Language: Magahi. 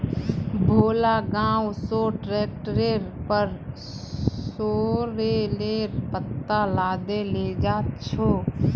भोला गांव स ट्रैक्टरेर पर सॉरेलेर पत्ता लादे लेजा छ